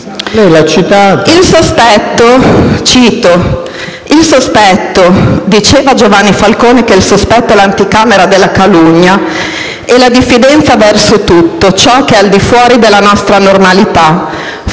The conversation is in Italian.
«Il sospetto (diceva Giovanni Falcone che il sospetto è "l'anticamera della calunnia") e la diffidenza verso tutto ciò che è al di fuori dalla nostra "normalità"